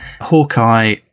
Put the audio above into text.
Hawkeye